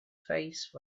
face